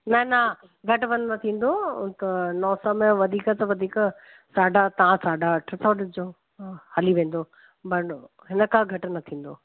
न न घटि वधि न थींदो नौ सौ में वधीक त वधीक साढा तां साढा अठ सौ ॾिजो हली वेंदो बट उहो हिन खां घटि न थींदो